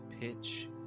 pitch